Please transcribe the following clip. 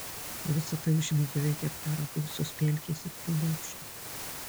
ir visa tai užima beveik hektarą buvusios pelkės ir krūmokšnių